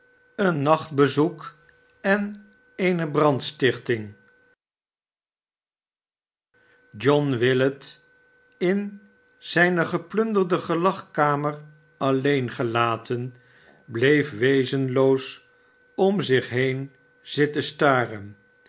nachtbezoek en eene brandstichting john willet in zijne geplunderde gelagkamer alleen gelaten bleef wezenloos om zich heen zitten staren